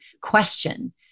question